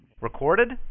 Recorded